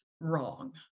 wrong